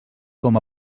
com